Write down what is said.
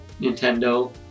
Nintendo